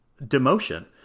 demotion